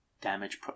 damage